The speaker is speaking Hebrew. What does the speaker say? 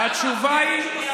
התשובה היא,